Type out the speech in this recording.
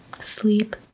sleep